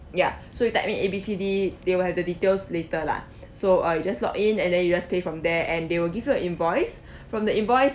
ya so you type in A B C D they will have the details later lah so uh you just log in and then you just pay from there and they will give you a invoice from the invoice